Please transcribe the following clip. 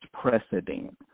precedent